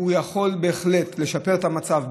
הוא בהחלט יכול לשפר את המצב.